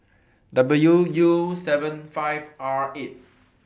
W U seven five R eight